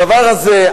הדבר הזה,